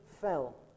fell